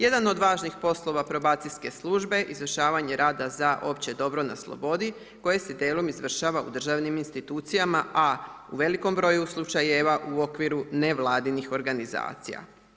Jedan od važnih poslova probacijske službe, izvršavanje rada za opće dobro na slobodi, koje se dijelom izvršava u državnim institucijama, a u velikom broju slučajeva u okviru nevladinih organizacija.